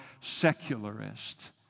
secularist